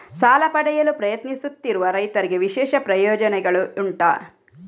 ಸಾಲ ಪಡೆಯಲು ಪ್ರಯತ್ನಿಸುತ್ತಿರುವ ರೈತರಿಗೆ ವಿಶೇಷ ಪ್ರಯೋಜನೆಗಳು ಉಂಟಾ?